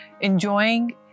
enjoying